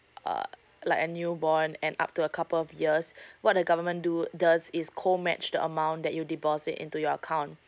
uh like a new born and up to a couple of years what the government do does is co match the amount that you deposit into your account